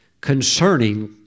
concerning